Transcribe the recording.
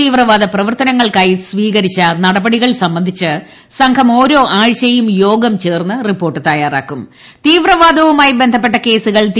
തീവ്രവാദ പ്രവർത്തനങ്ങൾക്കായി സ്വീകരിച്ച നടപടികൾ സംബന്ധിച്ച് സംഘം ഓരോ ആഴ്ചയും യോഗം ചേർന്ന് റിപ്പോർട്ട് തീവ്രവാദവുമായി ബന്ധപ്പെട്ട കേസുകൾ തയ്യാറാക്കും